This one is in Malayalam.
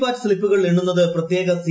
പാറ്റ് സ്തിപ്പുകൾ എണ്ണുന്നത് പ്രത്യേക സി